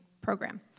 program